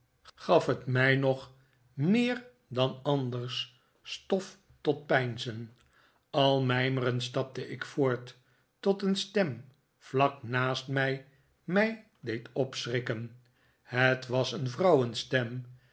gaf het mij nog hf juffrouw dartle wenscht mij te spreken meer dan anders stof tot peinzen al mijmerend stapte ik voort tot een stem vlak naast mij mij deed opschrikken het was een vrouwenstem